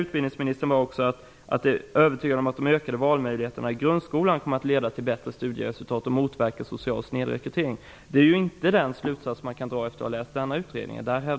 Utbildningsministern säger att han är övertygad om att de ökade valmöjligheterna i grundskolan kommer att leda till bättre studieresultat och motverka social snedrekrytering. Det är inte den slutsats man kan dra efter att ha läst utredningen Ursprung och utbildning.